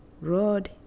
road